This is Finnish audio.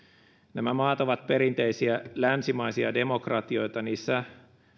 nämä maat ovat perinteisiä länsimaisia demokratioita niissä